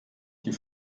die